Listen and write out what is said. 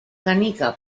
canica